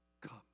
come